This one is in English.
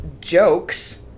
jokes